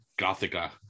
Gothica